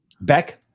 Beck